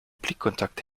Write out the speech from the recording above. blickkontakt